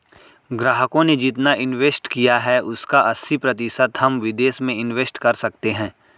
ग्राहकों ने जितना इंवेस्ट किया है उसका अस्सी प्रतिशत हम विदेश में इंवेस्ट कर सकते हैं